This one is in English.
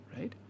Right